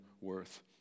worth